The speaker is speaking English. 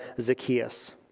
Zacchaeus